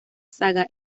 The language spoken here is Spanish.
saga